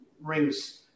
rings